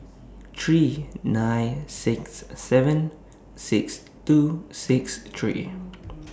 three nine six seven six two six three